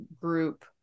group